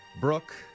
Brooke